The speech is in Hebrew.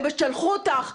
שלחו אותך.